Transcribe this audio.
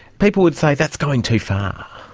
people would say that's going too far.